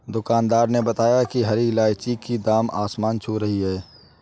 दुकानदार ने बताया कि हरी इलायची की दाम आसमान छू रही है